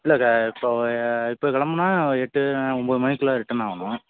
இல்லை க இப்போ ஏ இப்போ கிளம்புனா எட்டு ஒன்போது மணிக்குலாம் ரிட்டர்ன் ஆகணும்